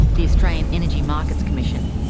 the australian energy markets commission.